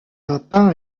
lapin